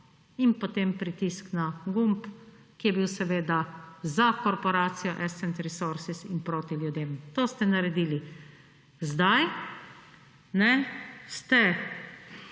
in potem pritisk na gumb, ki je bil seveda za korporacijo Ascent Resources in proti ljudem. To ste naredili. Zdaj se